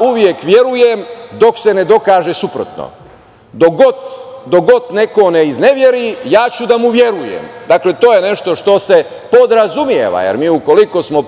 Uvek verujem, dok se ne dokaže suprotno. Dokle god neko ne izneveri, ja ću da mu verujem. To je nešto što se podrazumeva, jer mi ukoliko smo